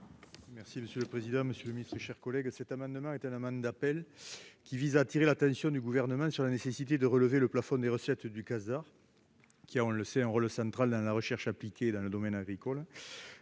Merci monsieur le président, monsieur le ministre, chers collègues, cet amendement est la manne d'appel qui vise à attirer l'attention du gouvernement sur la nécessité de relever le plafond des recettes du Qatar qui a, on le sait, un rôle central dans la recherche appliquée dans le domaine agricole,